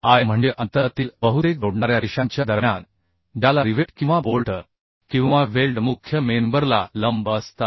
i म्हणजे अंतर आतील बहुतेक जोडणाऱ्या रेषांच्या दरम्यान ज्याला रिवेट किंवा बोल्ट किंवा वेल्डमुख्य मेंबरला लंब असतात